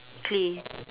clay